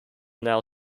now